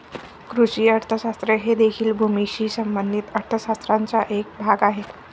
कृषी अर्थशास्त्र हे देखील भूमीशी संबंधित अर्थ शास्त्राचा एक भाग आहे